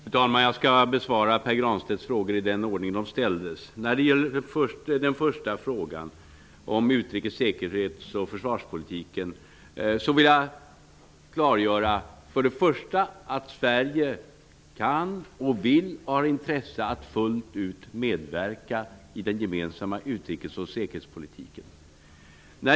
Fru talman! Jag skall besvara Pär Granstedts frågor i den ordning de ställdes. När det gäller den första frågan om utrikes-, säkerhets och försvarspolitiken vill jag klargöra att Sverige kan, vill och har intresse av att fullt ut medverka i den gemensamma utrikes och säkerhetspolitiken.